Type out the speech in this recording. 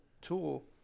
tool